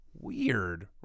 Weird